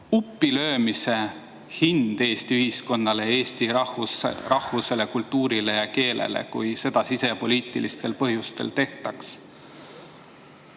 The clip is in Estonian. uppilöömise hind Eesti ühiskonnale, eesti rahvusele, kultuurile ja keelele, kui seda sisepoliitilistel põhjustel tehtaks?